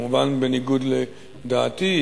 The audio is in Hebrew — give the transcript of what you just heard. כמובן בניגוד לדעתי,